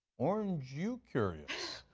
orange you curious?